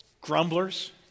grumblers